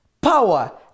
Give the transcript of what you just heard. power